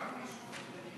נסים,